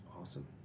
Awesome